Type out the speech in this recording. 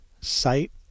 site